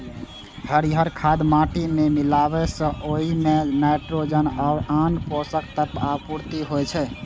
हरियर खाद माटि मे मिलाबै सं ओइ मे नाइट्रोजन आ आन पोषक तत्वक आपूर्ति होइ छै